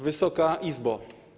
Wysoka Izbo!